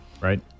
right